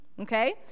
okay